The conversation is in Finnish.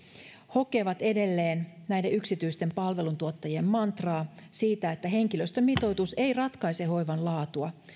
hokevat näiden yksityisten palveluntuottajien mantraa siitä että henkilöstömitoitus ei ratkaise hoivan laatua